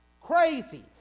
crazy